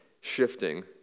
shifting